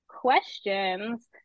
questions